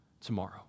tomorrow